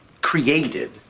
created